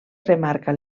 remarca